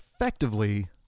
effectively